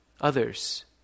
others